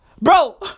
Bro